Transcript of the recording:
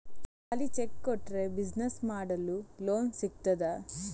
ಖಾಲಿ ಚೆಕ್ ಕೊಟ್ರೆ ಬಿಸಿನೆಸ್ ಮಾಡಲು ಲೋನ್ ಸಿಗ್ತದಾ?